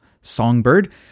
songbird